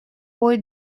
boy